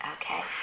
Okay